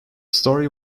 story